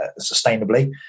sustainably